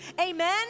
Amen